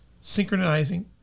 synchronizing